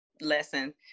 lesson